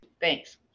Thanks